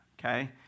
okay